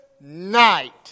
night